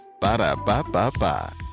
Ba-da-ba-ba-ba